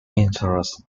interested